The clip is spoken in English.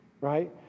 right